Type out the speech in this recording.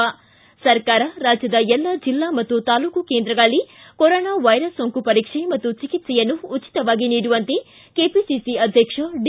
ಿ ಸರ್ಕಾರ ರಾಜ್ಯದ ಎಲ್ಲ ಜಿಲ್ಲಾ ಮತ್ತು ತಾಲೂಕು ಕೇಂದ್ರಗಳಲ್ಲಿ ಕೊರೋನಾ ವೈರಸ್ ಸೋಂಕು ಪರೀಕ್ಷೆ ಪಾಗೂ ಚಿಕಿತ್ಸೆಯನ್ನು ಉಚಿತವಾಗಿ ನೀಡುವಂತೆ ಕೆಪಿಸಿಸಿ ಅಧ್ಯಕ್ಷ ಡಿ